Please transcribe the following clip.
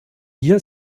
hier